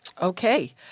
Okay